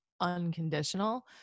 unconditional